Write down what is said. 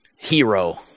Hero